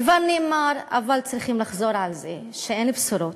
כבר נאמר אבל צריכים לחזור על זה שאין בשורות,